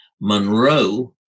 Monroe